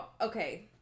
okay